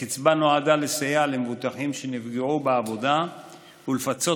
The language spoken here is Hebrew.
הקצבה נועדה לסייע למבוטחים שנפגעו בעבודה ולפצות